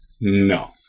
no